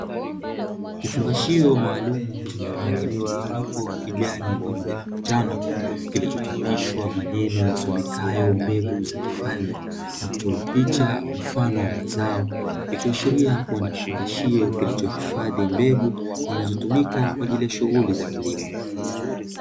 Kifungashio maalum chenye rangi mchanganyiko kijani pamoja na manjano kilichochapishwa maneno yasomekayo "mbegu za kifalume", na kuchora picha mfano wa mazao ikiashiria kuwa nikifungashio kilichohifadhi mbegu zinazotumika kwa ajili ya shughuli za kilimo.